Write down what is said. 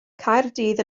caerdydd